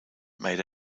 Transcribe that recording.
made